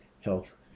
health